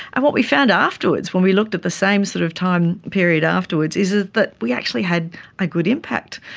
and what we found afterwards when we looked at the same sort of time period afterwards is ah that we actually had a good impact.